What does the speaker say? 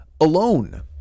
alone